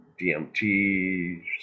DMT